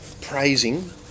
praising